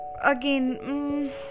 again